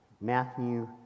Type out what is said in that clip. Matthew